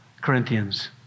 Corinthians